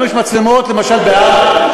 לנו יש מצלמות למשל בהר,